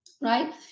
right